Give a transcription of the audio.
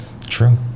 true